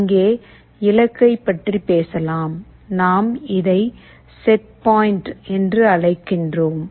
இங்கே இலக்கை பற்றி பேசலாம் நாம் இதை செட் பாயிண்ட் என்று அழைக்கிறோம்